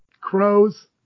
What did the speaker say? Crows